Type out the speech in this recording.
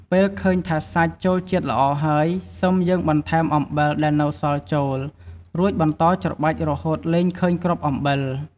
ពេលឃើញថាសាច់ចូលជាតិល្អហើយ សឹមយើងបន្ថែមអំបិលដែលនៅសល់ចូល រួចបន្តច្របាច់រហូតលែងឃើញគ្រាប់អំបិល។